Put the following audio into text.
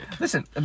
Listen